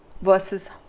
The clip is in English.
versus